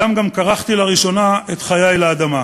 שם גם כרכתי לראשונה את חיי עם האדמה.